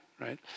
right